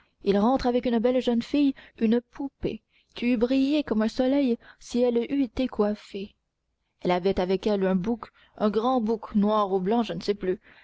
il rentre avec une belle jeune fille une poupée qui eût brillé comme un soleil si elle eût été coiffée elle avait avec elle un bouc un grand bouc noir ou blanc je ne sais plus